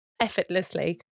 effortlessly